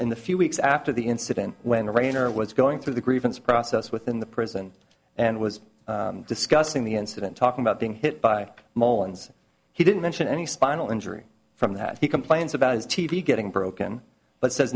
in the few weeks after the incident when the rainer was going through the grievance process within the prison and was discussing the incident talking about being hit by moleyns he didn't mention any spinal injury from that he complains about his t v getting broken but says